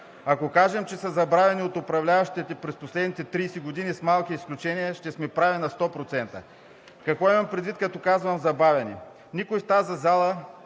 Ако кажем, че са забравени от управляващите през последните 30 години, с малки изключения ще сме прави на 100%. Какво имам предвид като казвам „забавяне“? Никой в тази зала